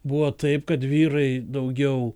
buvo taip kad vyrai daugiau